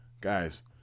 Guys